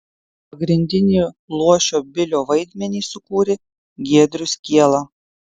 pagrindinį luošio bilio vaidmenį sukūrė giedrius kiela